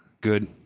Good